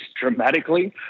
dramatically